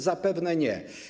Zapewne nie.